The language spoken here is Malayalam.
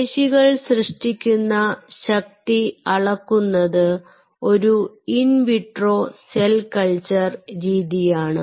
പേശികൾ സൃഷ്ടിക്കുന്ന ശക്തി അളക്കുന്നത് ഒരു ഇൻവിട്രോ സെൽ കൾച്ചർ രീതിയാണ്